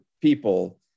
people